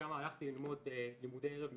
ומשם הלכתי ללמוד לימודי ערב משפטים.